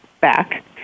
back